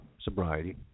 sobriety